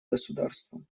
государством